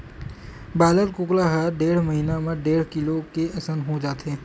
broiler कुकरा ह डेढ़ महिना म डेढ़ किलो के असन हो जाथे